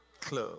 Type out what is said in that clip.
club